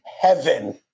heaven